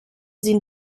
sie